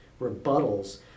rebuttals